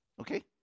Okay